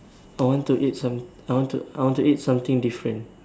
I want to eat some I want to I want to eat something different